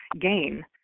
gain